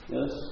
Yes